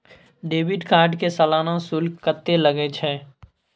Debit card के सालाना शुल्क कत्ते लगे छै?